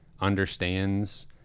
understands